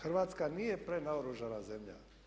Hrvatska nije prenaoružana zemlja.